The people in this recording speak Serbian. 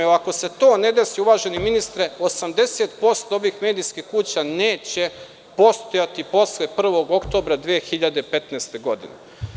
Jer, ako se to ne desi, uvaženi ministre, 80% ovih medijskih kuća neće postojati posle 01. oktobra 2015. godine.